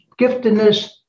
giftedness